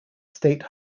state